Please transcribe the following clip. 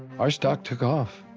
our stock took off,